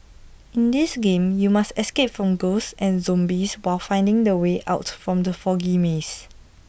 in this game you must escape from ghosts and zombies while finding the way out from the foggy maze